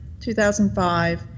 2005